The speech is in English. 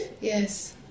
Yes